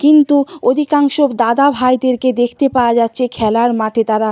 কিন্তু অধিকাংশ দাদা ভাইদেরকে দেখতে পাওয়া যাচ্ছে খেলার মাঠে তারা